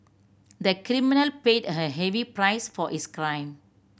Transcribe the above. the criminal paid a heavy price for his crime